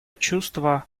чувство